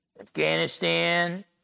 Afghanistan